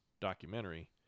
documentary